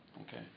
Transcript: okay